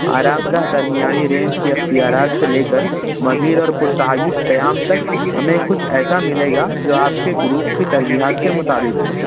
آرام دہ درمیانی رینج کے اختیارات سے لے كر مزید اور پُر تحایش قیام تک ہمیں كچھ ایسا ملے گا جو آپ کے گروپ کے ترجیحات کے مطابق ہوں